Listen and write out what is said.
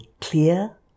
clear